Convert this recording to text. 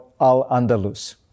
Al-Andalus